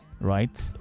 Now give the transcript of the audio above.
right